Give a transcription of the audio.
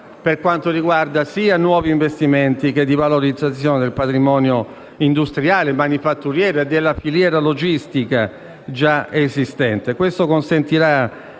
per quanto riguarda sia nuovi investimenti sia la valorizzazione del patrimonio industriale, manifatturiero e della filiera logistica già esistente. Ciò consentirà